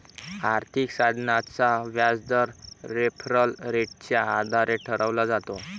आर्थिक साधनाचा व्याजदर रेफरल रेटच्या आधारे ठरवला जातो